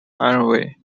anyway